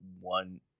one